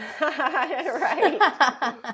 Right